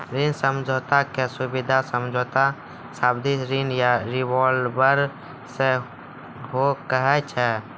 ऋण समझौता के सुबिधा समझौता, सावधि ऋण या रिवॉल्बर सेहो कहै छै